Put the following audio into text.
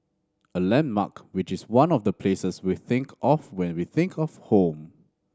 a landmark which is one of the places we think of when we think of home